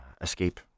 escape